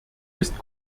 ist